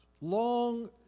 long